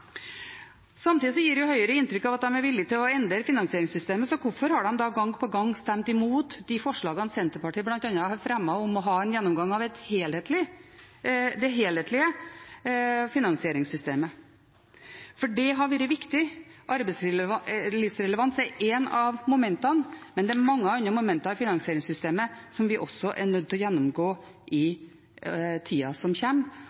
Høyre inntrykk av at de er villig til å endre finansieringssystemet. Hvorfor har de da gang på gang stemt imot de forslagene Senterpartiet bl.a. har fremmet om å ha en gjennomgang av det helhetlige finansieringssystemet? For det har vært viktig. Arbeidslivsrelevans er ett av momentene, men det er mange andre momenter i finansieringssystemet som vi også er nødt til å gjennomgå i tida som